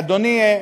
אדוני,